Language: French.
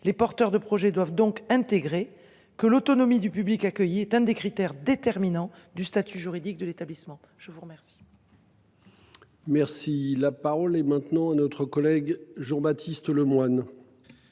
les porteurs de projet doivent donc intégrer que l'autonomie du public accueilli, est un des critères déterminants du statut juridique de l'établissement. Je vous remercie. Merci la parole est maintenant à notre collègue Jean-Baptiste Lemoyne.